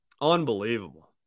Unbelievable